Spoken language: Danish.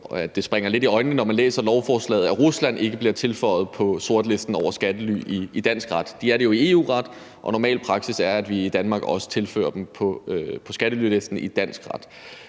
det springer i øjnene, når man læser lovforslaget, at Rusland ikke bliver tilføjet på sortlisten over skattely i dansk ret. Det er de jo i EU-ret, og normal praksis er, at vi i Danmark så også tilfører dem på skattelylisten i dansk ret.